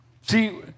See